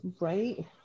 right